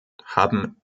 haben